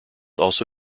also